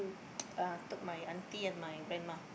uh took my auntie and my grandma